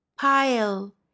pile